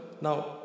now